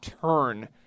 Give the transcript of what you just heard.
turn